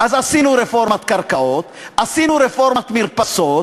אז עשינו רפורמת קרקעות, עשינו רפורמת מרפסות,